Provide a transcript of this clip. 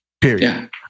Period